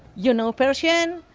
you know persian?